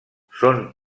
són